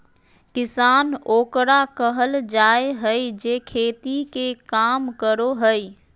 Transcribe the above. किसान ओकरा कहल जाय हइ जे खेती के काम करो हइ